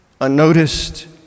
unnoticed